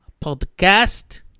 Podcast